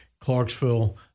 Clarksville